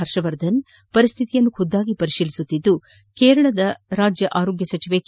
ಹರ್ಷವರ್ಧನ್ ಪರಿಸ್ಥಿತಿಯನ್ನು ಖುದ್ದು ಪರಿಶೀಲಿಸುತ್ತಿದ್ದು ಕೇರಳ ರಾಜ್ಯ ಆರೋಗ್ಯ ಸಚಿವೆ ಕೆ